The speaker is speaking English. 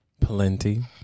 plenty